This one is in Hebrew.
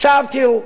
עכשיו תראו.